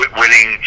winning